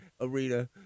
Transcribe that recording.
arena